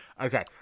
okay